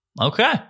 Okay